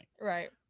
Right